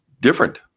different